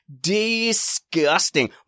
Disgusting